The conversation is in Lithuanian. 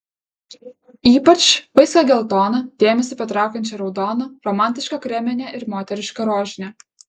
ypač vaiskią geltoną dėmesį patraukiančią raudoną romantišką kreminę ir moterišką rožinę